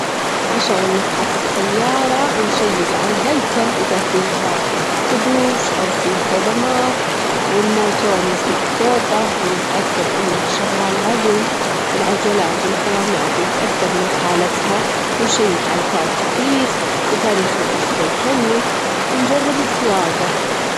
حتى تنظمين عدد كبير من الكتب لازم تفرزين الكتب حسب النوع واللون، وتحطينهم على جمب، أو حسسب الحجم، تجدرين تستخدمين رفوف متعددة أو صناديق؛ عشان تكون مرتبة، خلى الكتب الأكتر استخدام في مكان جريب.